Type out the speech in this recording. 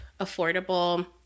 affordable